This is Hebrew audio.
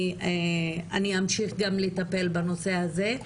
אני אמשיך גם לטפל בנושא הזה.